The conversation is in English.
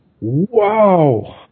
wow